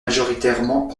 majoritairement